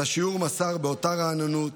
את השיעור מסר באותן רעננות,